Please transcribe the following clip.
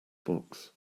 box